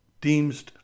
deems